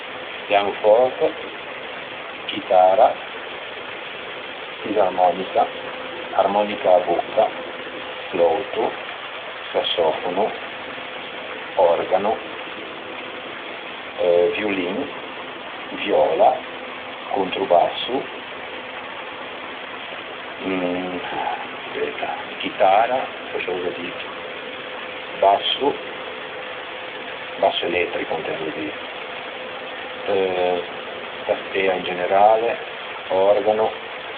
Pianoforte, chitara, fisarmonica, armonica à bocca, flouto, sassofono, òrgano, violin, viòla, controbasso, chitara foscia l'ò za dito, basso, basso elettrico intendo dî, tastea in generale, òrgano